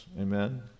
Amen